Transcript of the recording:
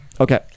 Okay